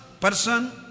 person